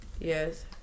Yes